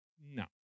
no